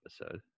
episode